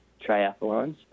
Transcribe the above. triathlons